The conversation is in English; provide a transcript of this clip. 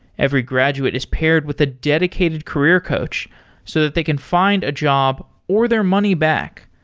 every graduate is paired with a dedicated career coach so that they can find a job or their money back.